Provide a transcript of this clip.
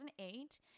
2008